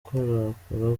gukorakora